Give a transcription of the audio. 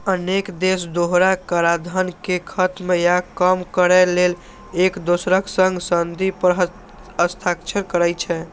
अनेक देश दोहरा कराधान कें खत्म या कम करै लेल एक दोसरक संग संधि पर हस्ताक्षर करै छै